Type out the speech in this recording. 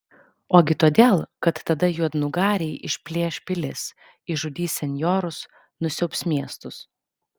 ogi todėl kad tada juodnugariai išplėš pilis išžudys senjorus nusiaubs miestus